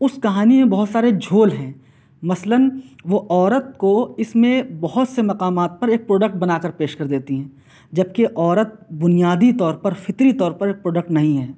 اُس کہانی میں بہت سارے جھول ہیں مثلاً وہ عورت کو اِس میں بہت سے مقامات پر ایک پروڈکٹ بنا کر پیش کر دیتی ہیں جب کہ عورت بنیادی طور پر فطری طور پر پروڈکٹ نہیں ہے